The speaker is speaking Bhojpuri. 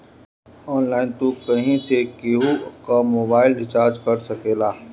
ऑनलाइन तू कहीं से केहू कअ मोबाइल रिचार्ज कर सकेला